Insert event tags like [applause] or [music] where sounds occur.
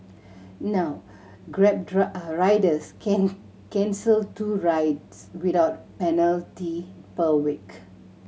now Grab [unintelligible] riders can cancel two rides without penalty per week